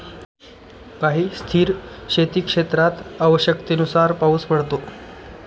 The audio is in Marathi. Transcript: काही स्थिर शेतीक्षेत्रात आवश्यकतेनुसार पाऊस पडतो